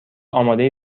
آماده